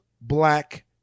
black